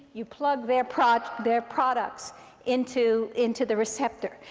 you plug their products their products into into the receptor.